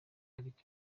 ariko